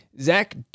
Zach